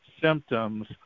symptoms